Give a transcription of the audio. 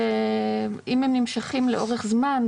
שאם הם נמשכים לאורך זמן,